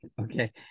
Okay